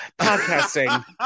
podcasting